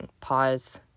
Pause